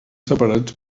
separats